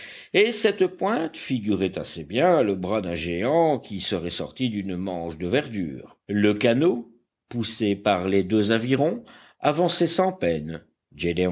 et cette pointe figurait assez bien le bras d'un géant qui serait sorti d'une manche de verdure le canot poussé par les deux avirons avançait sans peine